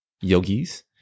yogis